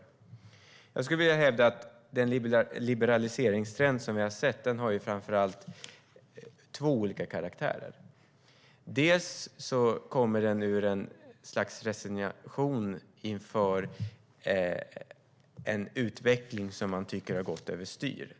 Jag skulle vilja hävda att den liberaliseringstrend som vi har sett har framför allt två olika karaktärer. Den ena kommer ur ett slags resignation inför en utveckling som man tycker har gått över styr.